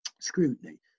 scrutiny